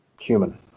human